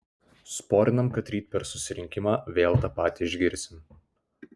sporinam kad ryt per susirinkimą vėl tą patį išgirsim